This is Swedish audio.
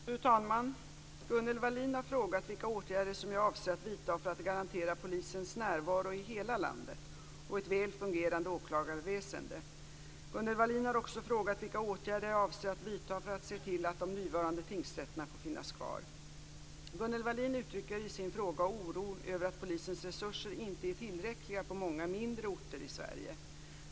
Fru talman! Gunnel Wallin har frågat vilka åtgärder som jag avser att vidta för att garantera polisens närvaro i hela landet och ett väl fungerande åklagarväsende. Gunnel Wallin har också frågat vilka åtgärder jag avser att vidta för att se till att de nuvarande tingsrätterna får finnas kvar. Gunnel Wallin uttrycker i sin fråga oro över att polisens resurser inte är tillräckliga på många mindre orter i Sverige.